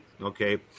Okay